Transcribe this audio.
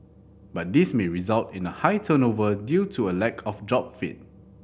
but this may result in a high turnover due to a lack of job fit